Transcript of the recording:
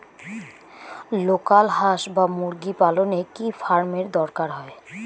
Local হাস বা মুরগি পালনে কি ফার্ম এর দরকার হয়?